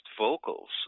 vocals